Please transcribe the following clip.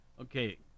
Okay